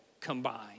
combined